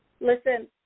Listen